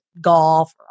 golf